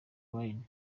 wayne